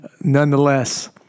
Nonetheless